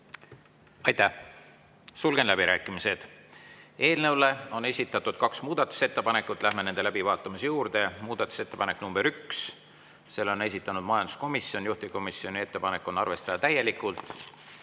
Aitäh! Sulgen läbirääkimised. Eelnõu kohta on esitatud kaks muudatusettepanekut, läheme nende läbivaatamise juurde. Muudatusettepanek nr 1, selle on esitanud majanduskomisjon, juhtivkomisjoni ettepanek on arvestada täielikult.